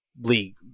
league